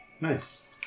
nice